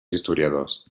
historiadors